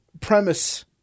premise